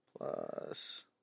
plus